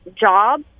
job